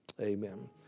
Amen